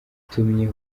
yatumye